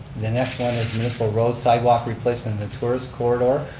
the next one is municipal roads sidewalk replacement in the tourist corridor.